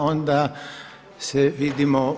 Onda se vidimo